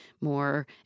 more